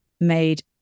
made